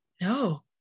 No